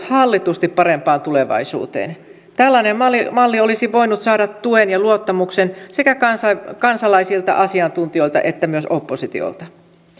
hallitusti parempaan tulevaisuuteen tällainen malli olisi voinut saada tuen ja luottamuksen sekä kansalaisilta kansalaisilta asiantuntijoilta että myös oppositiolta